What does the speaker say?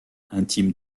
intime